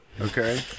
okay